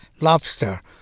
lobster